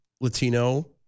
Latino